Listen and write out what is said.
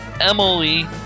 Emily